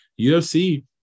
UFC